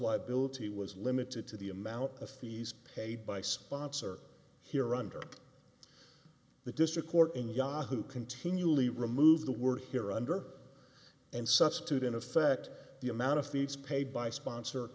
liability was limited to the amount of fees paid by sponsor here under the district court in yahoo continually remove the word here under and substitute in effect the amount of these paid by sponsor